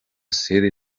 sede